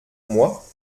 moi